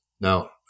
now